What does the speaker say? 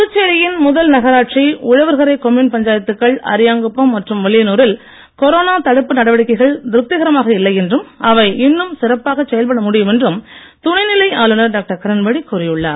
புதுச்சேரயின் முதல் நகராட்சி உழவர்கரை கொம்யூன் பஞ்சாயத்துக்கள் அரியான்குப்பம் மற்றும் வில்லியானூரில் கொரோனா தடுப்பு நடவடிக்கைகள் திருப்திகரமாக இல்லை என்றும் அவை இன்னும் சிறப்பாகச் செயல்பட முடியும் என்றும் துணை நிலை ஆளுநர் டாக்டர் கிரண் பேடி கூறியுள்ளார்